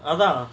அதா:atha